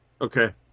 Okay